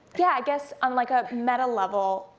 yeah, i guess, on like a metalevel,